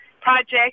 Project